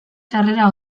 sarrera